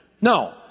No